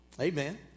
Amen